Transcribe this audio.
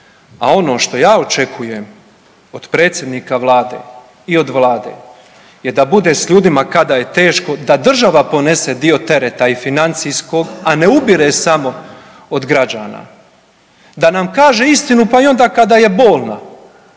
A ono što ja očekujem od predsjednika Vlade i od Vlade je da bude s ljudima kada je teško da država ponese dio tereta i financijskog, a ne ubire samo od građana. Da nam kaže istinu pa i onda kada je bolna